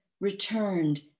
returned